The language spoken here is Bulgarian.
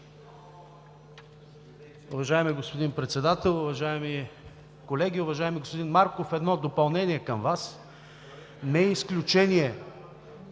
Уважаеми господин Председател, уважаеми колеги! Уважаеми господин Марков, едно допълнение към Вас. (Реплика